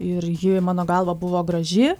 ir ji mano galva buvo graži